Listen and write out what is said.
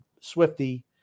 Swifty